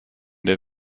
der